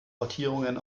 portierungen